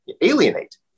alienate